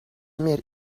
meer